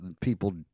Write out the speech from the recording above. people